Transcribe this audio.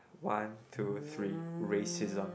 one two three racism